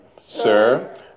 Sir